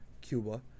Cuba